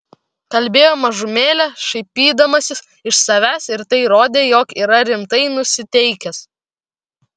kalbėjo mažumėlę šaipydamasis iš savęs ir tai rodė jog yra rimtai nusiteikęs